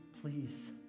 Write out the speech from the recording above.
please